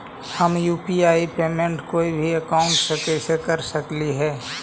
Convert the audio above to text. हम UPI payment कोई भी अकाउंट से कर सकली हे?